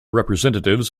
representatives